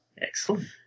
excellent